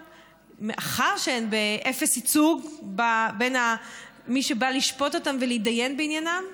מאחר שהן באפס ייצוג בין מי שבא לשפוט אותן ולהתדיין בעניינן,